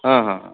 ಹಾಂ ಹಾಂ ಹಾಂ